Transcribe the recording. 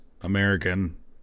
American